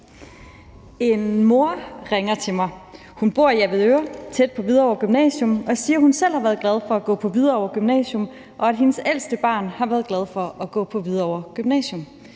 En mor ringer til mig, hun bor i Avedøre, tæt på Hvidovre Gymnasium, og hun siger, at hun selv har været glad for at gå på Hvidovre Gymnasium, og at hendes ældste barn har været glad for at gå på Hvidovre Gymnasium,